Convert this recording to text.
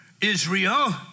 Israel